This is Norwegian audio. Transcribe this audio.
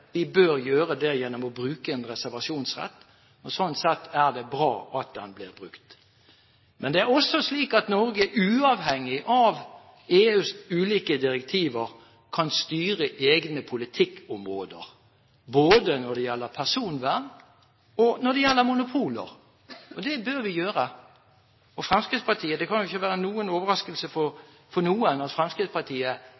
gjennom å bruke reservasjonsretten. Sånn sett er det bra at den blir brukt. Men det er også slik at Norge uavhengig av EUs ulike direktiver kan styre egne politikkområder både når det gjelder personvern, og når det gjelder monopoler. Det bør vi gjøre. Det kan ikke være en overraskelse